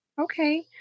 Okay